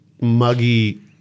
muggy